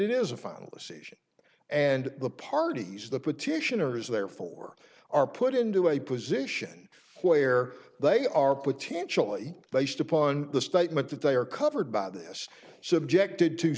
it is a final decision and the parties the petitioners therefore are put into a position where they are potentially based upon the statement that they are covered by this subjected to